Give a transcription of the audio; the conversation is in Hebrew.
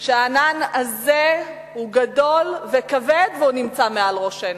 שהענן הזה הוא גדול וכבד והוא נמצא מעל ראשנו.